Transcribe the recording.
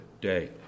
day